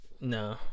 No